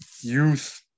youth